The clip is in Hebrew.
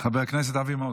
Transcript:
חבר הכנסת אבי מעוז,